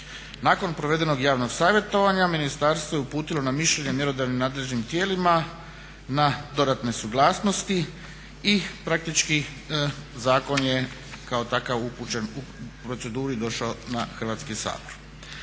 Nakon provedenog javnog savjetovanja ministarstvo je uputilo na mišljenje mjerodavnim nadležnim tijelima na dodatne suglasnosti i praktički zakon je kao takav upućen u proceduru i došao na Hrvatski sabor.